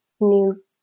new